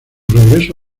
regreso